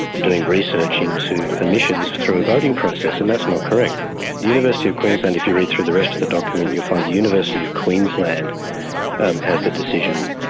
doing research into emissions through a voting process and that's not correct. the university of queensland, if you read through the rest of the document, you'll find the university of queensland has the decision,